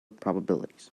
probabilities